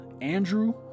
Andrew